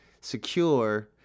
secure